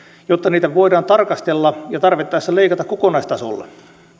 jotta niitä voidaan tarkastella ja tarvittaessa leikata kokonaistasolla